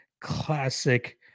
classic